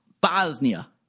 Bosnia